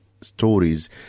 stories